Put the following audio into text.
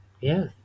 Yes